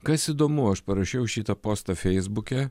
kas įdomu aš parašiau šitą postą feisbuke